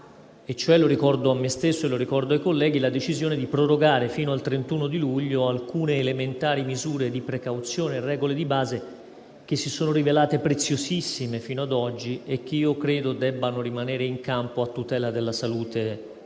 - lo ricordo a me stesso e ai colleghi - della decisione di prorogare fino al 31 luglio alcune elementari misure di precauzione e regole di base, che si sono rivelate preziosissime fino ad oggi e che io credo debbano rimanere in campo a tutela della salute dei